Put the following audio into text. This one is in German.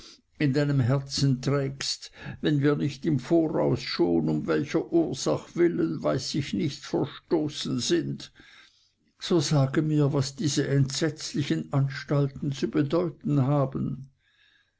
in deinem herzen trägst wenn wir nicht im voraus schon um welcher ursach willen weiß ich nicht verstoßen sind so sage mir was diese entsetzlichen anstalten zu bedeuten haben